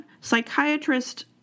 psychiatrist